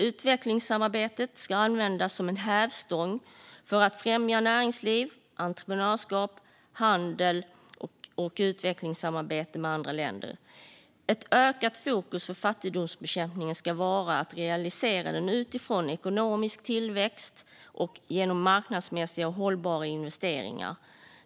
Utvecklingssamarbetet ska användas som en hävstång för att främja näringsliv, entreprenörskap, handel och utvecklingssamarbete med andra länder. Ett ökat fokus för fattigdomsbekämpningen ska vara att realisera den utifrån ekonomisk tillväxt och genom marknadsmässiga och hållbara investeringar.